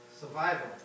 Survival